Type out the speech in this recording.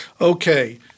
Okay